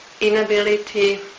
inability